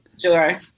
Sure